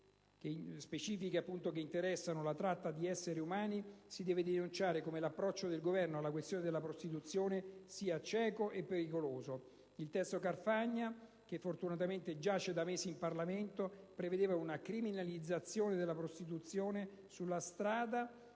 specifiche che interessano la tratta di esseri umani, si deve denunciare come l'approccio del Governo alla questione della prostituzione sia cieco e pericoloso. Il testo Carfagna, che fortunatamente giace da mesi in Parlamento, prevedeva una criminalizzazione della prostituzione sulla strada